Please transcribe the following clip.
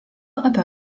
apie